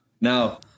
Now